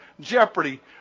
jeopardy